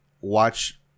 watch